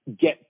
get